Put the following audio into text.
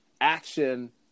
action